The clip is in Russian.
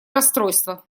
расстройство